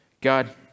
God